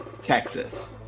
Texas